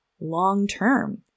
long-term